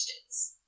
questions